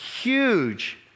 huge